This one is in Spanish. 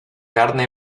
carne